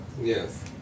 Yes